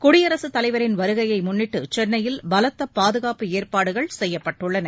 குடியரசுத்தலைவரின் வருகையை முன்னிட்டு சென்னையில் பலத்த பாதுகாப்பு ஏற்பாடுகள் செய்யப்பட்டுள்ளன